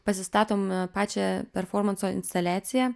pasistatom pačią performanso instaliaciją